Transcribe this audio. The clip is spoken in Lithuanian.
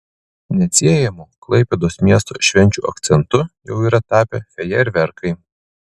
neatsiejamu klaipėdos miesto švenčių akcentu jau yra tapę fejerverkai